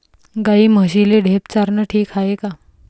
गाई म्हशीले ढेप चारनं ठीक हाये का?